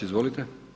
Izvolite.